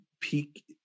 peak